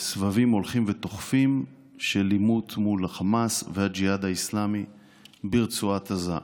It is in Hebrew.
סבבים הולכים ותוכפים של עימות מול החמאס והג'יהאד האסלאמי ברצועת עזה.